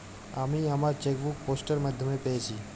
আমি আমার checkbook post এর মাধ্যমে পেয়েছি